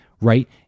right